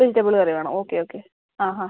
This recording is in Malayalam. വെജിറ്റബിൾ കറി വേണം ഓക്കെ ഓക്കെ ആ ഹാ